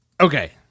Okay